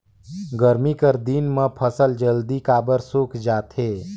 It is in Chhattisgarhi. गरमी कर दिन म फसल जल्दी काबर सूख जाथे?